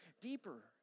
deeper